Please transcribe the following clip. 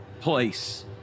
place